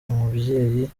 umubyeyi